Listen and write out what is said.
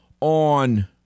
on